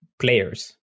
players